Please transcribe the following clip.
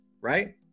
right